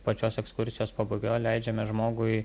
pačios ekskursijos pabaigoje leidžiame žmogui